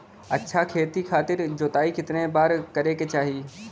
अच्छा खेती खातिर जोताई कितना बार करे के चाही?